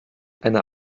eine